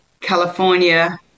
California